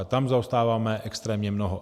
Tam zaostáváme extrémně mnoho.